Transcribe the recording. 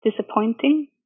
disappointing